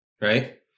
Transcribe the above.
Right